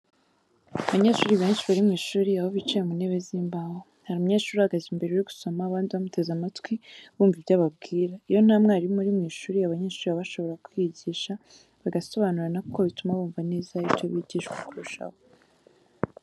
Abanyeshuri benshi bari mu ishuri aho bicaye mu ntebe z'imbaho. Hari umunyeshuri uhagaze imbere uri gusoma abandi bamuteze amatwi bumva ibyo ababwira. Iyo nta mwarimu uri mu ishuri, abanyeshuri baba bashobora kwiyigisha bagasobanurirana kuko bituma bumva neza ibyo bigishwa kurushaho.